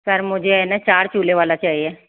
sir मुझे हे ना चार चूले वाला चाहिए